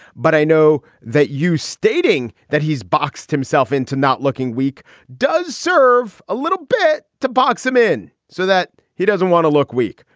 but i know that you stating that he's boxed himself into not looking weak does serve a little bit to box him in so that he doesn't want to look weak.